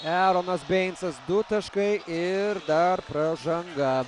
eronas beincas du taškai ir dar pražanga